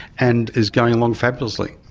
and is going along fabulously.